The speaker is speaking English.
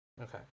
Okay